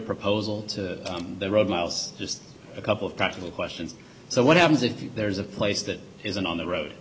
proposal to the road miles just a couple of practical questions so what happens if there's a place that isn't on the road